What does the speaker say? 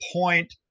point